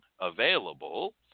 available